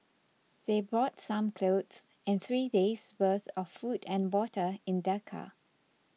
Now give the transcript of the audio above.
they brought some clothes and three days' worth of food and water in their car